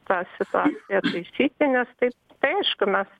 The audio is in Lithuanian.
tą situaciją taisyti nes tai tai aišku mes